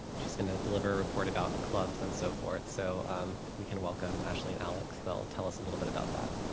she is going to deliver report about clubs and so forth. so if we can welcome ashley and alex to tell us a little bit about that.